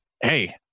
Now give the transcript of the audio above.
hey